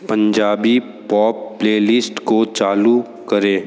Punjabi pop playlist को चालू करें